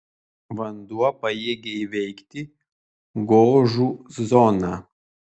vanduo pajėgia įveikti gožų zoną